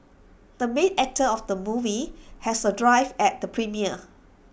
the main actor of the movie has A drive at the premiere